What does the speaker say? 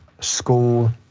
school